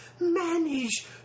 manage